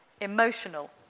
emotional